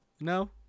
No